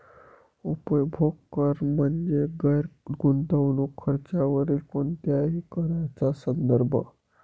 उपभोग कर म्हणजे गैर गुंतवणूक खर्चावरील कोणत्याही कराचा संदर्भ